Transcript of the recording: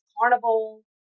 carnival